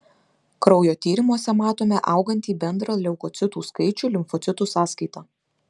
kraujo tyrimuose matome augantį bendrą leukocitų skaičių limfocitų sąskaita